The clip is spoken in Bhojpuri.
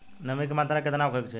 नमी के मात्रा केतना होखे के चाही?